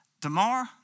tomorrow